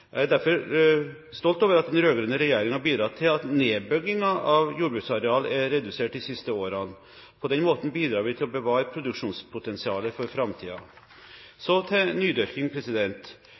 Jeg er derfor stolt over at den rød-grønne regjeringen har bidratt til at nedbyggingen av jordbruksareal er redusert de siste årene. På den måten bidrar vi til å bevare produksjonspotensialet for framtiden. Så til nydyrking.